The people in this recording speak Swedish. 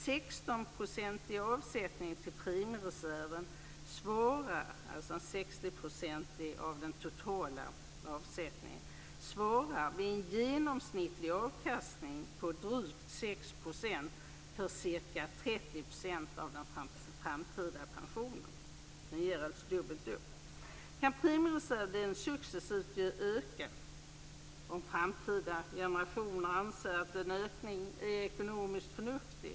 16 % av den totala avsättningen till premiereserven svarar vid en genomsnittlig avkastning på drygt 6 % för ca 30 % av den framtida pensionen. Den ger alltså dubbelt upp. Kan premiereservsdelen successivt öka om framtida generationer anser att en ökning är ekonomiskt förnuftig?